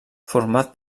format